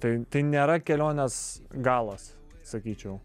tai tai nėra kelionės galas sakyčiau